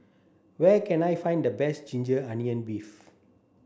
where can I find the best ginger onion beef